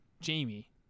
Jamie